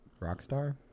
Rockstar